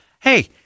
hey